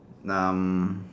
numb